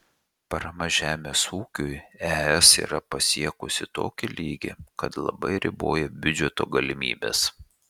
parama žemės ūkiui es yra pasiekusį tokį lygį kad labai riboja biudžeto galimybes